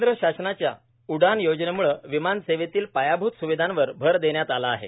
केंद्र शासनाच्या उडान योजनामुळे विमानसेवेतील पायाभूत स्विधांवर अर देण्यात आला आहे